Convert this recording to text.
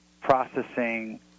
processing